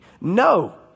No